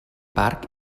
parc